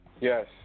Yes